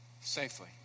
safely